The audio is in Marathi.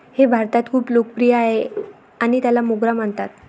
हे भारतात खूप लोकप्रिय आहे आणि त्याला मोगरा म्हणतात